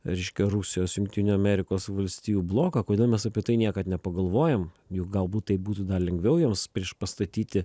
reiškia rusijos jungtinių amerikos valstijų bloką kodėl mes apie tai niekad nepagalvojam juk galbūt taip būtų lengviau joms priešpastatyti